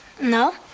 No